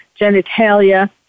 genitalia